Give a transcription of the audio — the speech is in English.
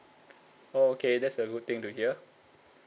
oh okay that's a good thing to hear